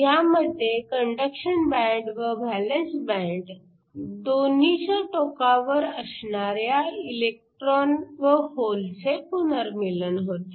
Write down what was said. ह्यामध्ये conduction band व valence band दोन्हीच्या टोकावर असणाऱ्या इलेक्ट्रॉन व होलचे पुनर्मीलन होते